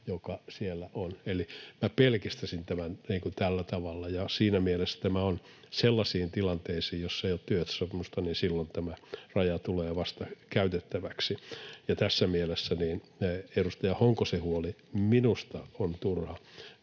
joka siellä on. Eli pelkistäisin tämän tällä tavalla, ja siinä mielessä sellaisissa tilanteissa, joissa ei ole työehtosopimusta, tämä raja tulee vasta käytettäväksi. Tässä mielessä edustaja Honkosen huoli minusta on turha,